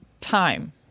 time